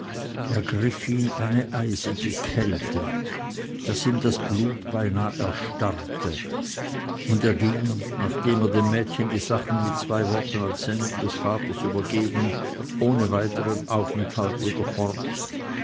ergriff ihn eine eisige kälte daß ihm das blut beinah erstarrte und er ging nachdem er dem mädchen die sachen mit zwei worten als sendung des vaters übergeben ohne weitern aufenthalt wieder fort